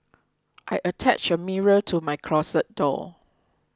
I attached a mirror to my closet door